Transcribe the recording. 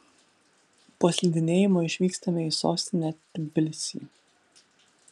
po slidinėjimo išvykstame į sostinę tbilisį